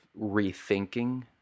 rethinking